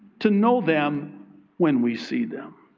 to know them when we see them.